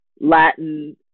latin